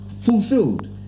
fulfilled